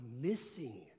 missing